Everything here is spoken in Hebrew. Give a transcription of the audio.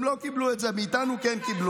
הם לא קיבלו את זה, מאיתנו הם כן קיבלו.